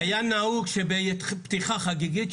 היה נהוג שבפתיחה חגיגית,